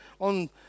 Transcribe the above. on